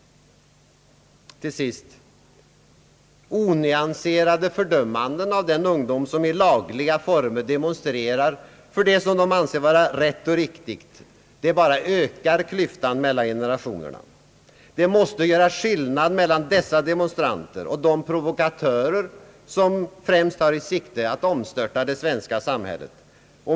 Till sist! Onyanserade fördömanden av den ungdom som i lagliga former demonstrerar för det som den anser vara rätt och riktigt bara ökar klyftan mellan generationerna. Det måste göras skillnad mellan dessa demonstranter och de provokatörer som främst har i sikte att omstörta det svenska samhället.